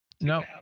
No